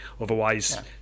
Otherwise